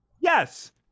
Yes